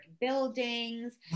buildings